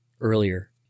earlier